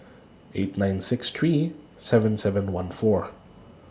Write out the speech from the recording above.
eight nine six three seven seven one four